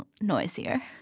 noisier